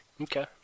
Okay